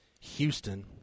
Houston